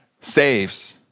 saves